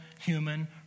human